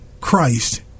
Christ